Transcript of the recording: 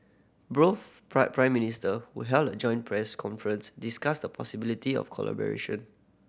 both Prime Prime Minister who held a joint press conference discussed the possibility of collaboration